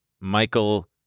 Michael